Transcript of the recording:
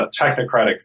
technocratic